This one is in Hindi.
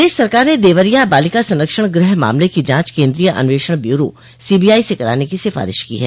प्रदेश सरकार ने देवरिया बालिका संरक्षण गृह मामले की जांच केंद्रीय अन्वेषण ब्यूरो से कराने की सिफारिश की है